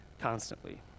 constantly